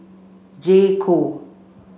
j co